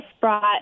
brought